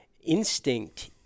instinct